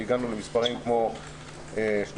שהגענו למספרים כמו 12,